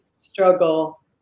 struggle